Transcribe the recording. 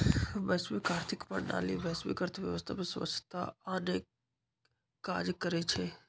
वैश्विक आर्थिक प्रणाली वैश्विक अर्थव्यवस्था में स्वछता आनेके काज करइ छइ